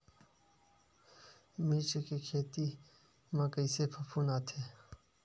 मिर्च के खेती म कइसे फफूंद आथे?